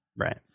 Right